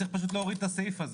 צריך פשוט להוריד את הסעיף הזה.